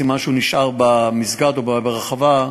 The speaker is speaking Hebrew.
סימן שהוא נשאר במסגד או ברחבה,